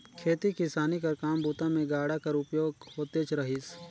खेती किसानी कर काम बूता मे गाड़ा कर उपयोग होतेच रहिस